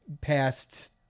past